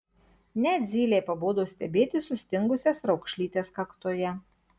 net zylei pabodo stebėti sustingusias raukšlytes kaktoje